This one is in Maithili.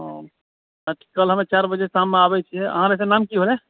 ओ अऽ कल हम चारि बजे शाममे आबै छियै अहाँके वैसे नाम कि भेल